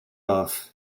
off